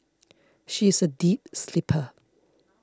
she is a deep sleeper